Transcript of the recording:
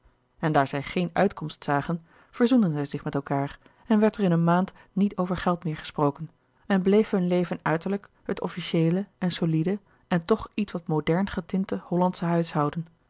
en daar zij geen uitkomst zagen verzoenden zij zich met elkaâr en werd er in een maand niet over geld meer gesproken en bleef hun leven uiterlijk het officieele en solide en toch ietwat modern getinte hollandsche huishouden